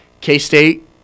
K-State